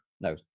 no